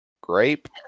grape